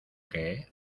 qué